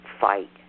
fight